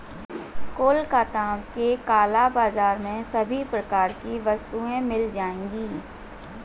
कोलकाता के काला बाजार में सभी प्रकार की वस्तुएं मिल जाएगी